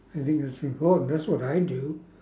I think that's important that's what I'd do